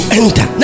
enter